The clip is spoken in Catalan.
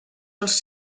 els